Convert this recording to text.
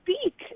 speak